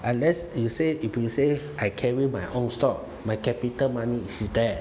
unless you say if you say I carry my own stock my capital money is there